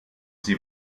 sie